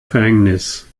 verhängnis